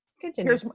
Continue